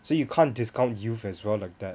so you can't discount youth as well like that